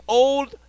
old